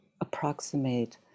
approximate